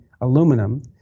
aluminum